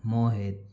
मोहित